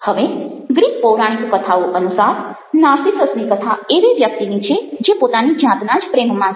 હવે ગ્રીક પૌરાણિક કથાઓ અનુસાર નાર્સિસસની કથા એવી વ્યક્તિની છે જે પોતાની જાતના જ પ્રેમમાં છે